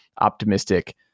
optimistic